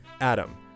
Adam